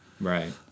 Right